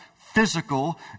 physical